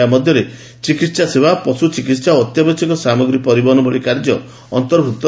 ଏହା ମଧ୍ୟରେ ଚିକିତ୍ସାସେବା ପଶୁ ଚିକିତ୍ସା ଓ ଅତ୍ୟାବଶ୍ୟକ ସାମଗ୍ରୀ ପରିବହନ ଭଳି କାର୍ଯ୍ୟ ଅନ୍ତର୍ଭୁକ୍ତ